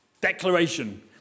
declaration